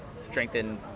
strengthen